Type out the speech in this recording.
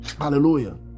Hallelujah